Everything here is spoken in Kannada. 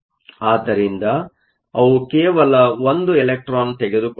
ಆದ್ದರಿಂದ ಅವು ಕೇವಲ 1 ಇಲೆಕ್ಟ್ರಾನ್ ತೆಗೆದುಕೊಳ್ಳಬಹುದು